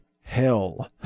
hell